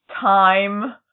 time